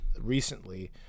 recently